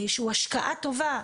שהוא השקעה טובה,